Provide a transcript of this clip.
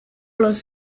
los